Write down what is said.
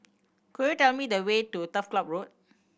could you tell me the way to Turf Ciub Road